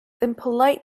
impolite